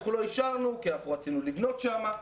אנחנו לא אישרנו כי אנחנו רצינו לבנות שם.